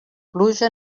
pluja